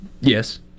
Yes